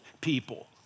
people